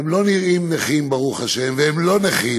הם לא נראים נכים, ברוך השם, והם לא נכים,